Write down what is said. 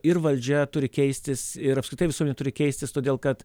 ir valdžia turi keistis ir apskritai visuomenė turi keistis todėl kad